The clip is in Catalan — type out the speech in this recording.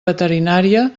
veterinària